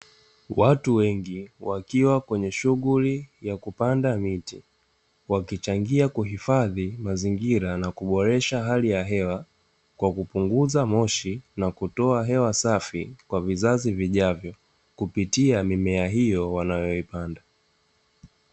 Watu wengi wakiwa kwenye shughuli za kupanda miti, wakichangia kuhifadhi mazingira na kuboresha hali ya hewa kwa kupunguza moshi nakutoa hewa safi kwa vizazi vijavyo, kupitia mimea hiyo wanayoipanda.